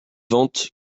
vente